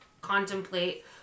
contemplate